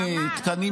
תקן.